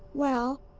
well.